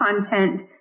content